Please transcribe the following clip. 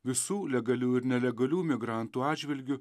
visų legalių ir nelegalių migrantų atžvilgiu